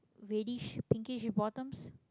reddish pinkish bottoms